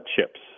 Chips